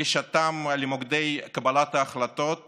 בגישתן למוקדי קבלת ההחלטות